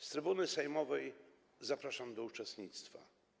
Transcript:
Z trybuny sejmowej zapraszam do uczestnictwa.